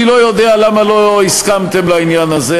אני לא יודע למה לא הסכמתם לעניין הזה.